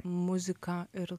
muziką ir